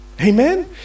Amen